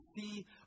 see